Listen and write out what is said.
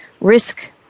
risk